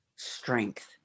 strength